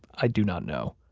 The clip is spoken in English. i do not know.